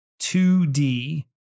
2D